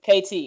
KT